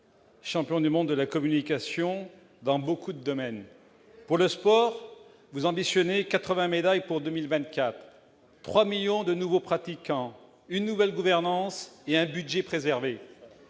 champion du monde de la communication dans beaucoup de domaines ! Eh oui ! Pour le sport, vous ambitionnez quatre-vingts médailles pour 2024, trois millions de nouveaux pratiquants, une nouvelle gouvernance et un budget préservé.